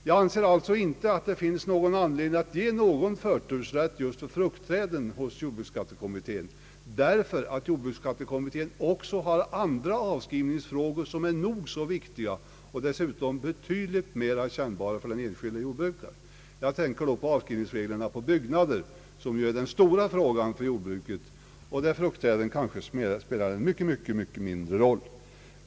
Jag anser dock inte att det finns någon anledning att ge förtursrätt för just fruktträden hos jordbruksbeskattningskommittén därför att den också har andra avskrivningsfrågor som är nog så viktiga och dessutom betydligt mer kännbara för den enskilde jordbrukaren. Jag tänker på avskrivningsreglerna för byggnader som är den stora frågan för jordbrukare. Frågan om avskrivning för fruktträden spelar en mycket mindre roll.